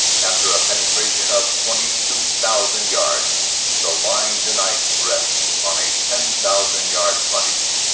after a penetration of twenty two thousand yards the line to-night rests on a ten thousand yard frontage.